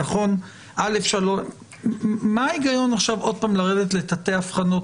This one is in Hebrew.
מה ההיגיון עכשיו עוד פעם לרדת לתתי-הבחנות?